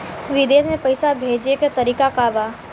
विदेश में पैसा भेजे के तरीका का बा?